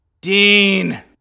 Dean